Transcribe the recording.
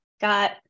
got